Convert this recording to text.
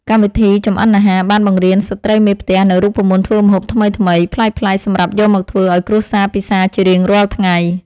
កម្មវិធីចម្អិនអាហារបានបង្រៀនស្ត្រីមេផ្ទះនូវរូបមន្តធ្វើម្ហូបថ្មីៗប្លែកៗសម្រាប់យកមកធ្វើឱ្យគ្រួសារពិសារជារៀងរាល់ថ្ងៃ។